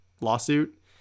lawsuit